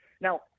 Now